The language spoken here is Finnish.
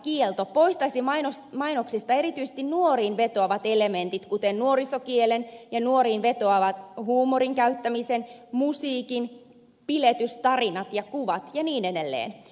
mielikuvamainontakielto poistaisi mainoksista erityisesti nuoriin vetoavat elementit kuten nuorisokielen ja nuoriin vetoavan huumorin käyttämisen musiikin biletystarinat ja kuvat ja niin edelleen